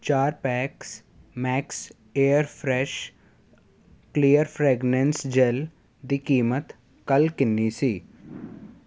ਚਾਰ packs max air fresh clear fragrance gel ਦੀ ਕੀਮਤ ਕੱਲ੍ਹ ਕਿੰਨੀ ਸੀ